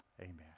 Amen